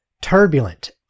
turbulent